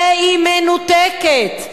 והיא מנותקת.